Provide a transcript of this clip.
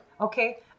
Okay